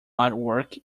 artwork